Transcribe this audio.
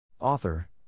Author